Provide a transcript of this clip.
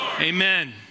Amen